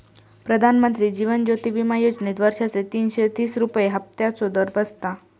प्रधानमंत्री जीवन ज्योति विमा योजनेत वर्षाचे तीनशे तीस रुपये हफ्त्याचो दर बसता